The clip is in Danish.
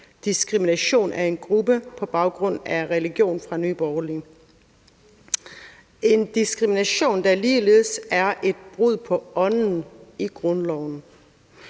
diskrimination af en gruppe på baggrund af religion fra Nye Borgerlige – en diskrimination, der ligeledes er et brud på ånden i grundloven.